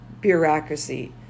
bureaucracy